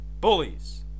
Bullies